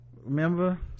Remember